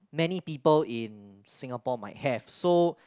many people in Singapore might have so